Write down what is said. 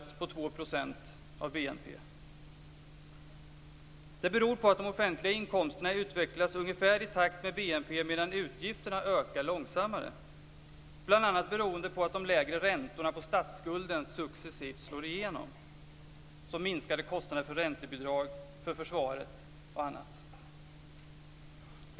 Det beror på att de offentliga inkomsterna utvecklas ungefär i takt med BNP, medan utgifterna ökar långsammare. Bl.a. beroende på att de lägre räntorna på statsskulden successivt slår igenom minskar det kostnaderna för räntebidragen, för försvaret och för annat.